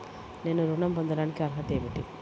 నేను ఋణం పొందటానికి అర్హత ఏమిటి?